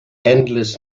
endless